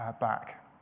back